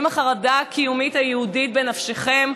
ואם החרדה לקיום היהודי בנפשכם,